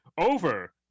over